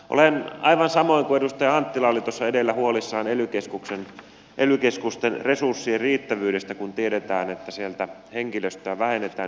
olen aivan samoin kuin edustaja anttila oli tuossa edellä huolissani ely keskusten resurs sien riittävyydestä kun tiedetään että sieltä henkilöstöä vähennetään